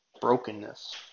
brokenness